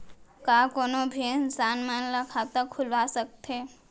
का कोनो भी इंसान मन ला खाता खुलवा सकथे?